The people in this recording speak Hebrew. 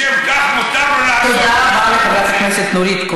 בשם כך מותר לו לעשות כל מה